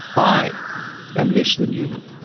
i am less than human.